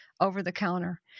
over-the-counter